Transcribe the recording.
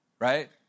right